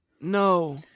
No